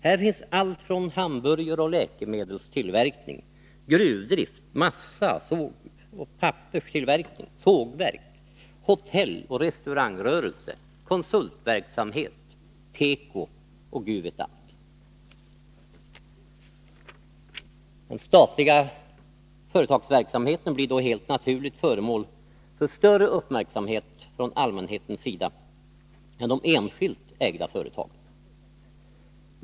Här finns allt från hamburgeroch läkemedelstillverkning till gruvdrift, massaoch papperstillverkning, sågverk, hotelloch restaurangrörelse, konsultverksamhet, teko och Gud vet allt. Den statliga företagsverksamheten blir då helt naturligt föremål för större uppmärksamhet från allmänhetens sida än de enskilt ägda företagen.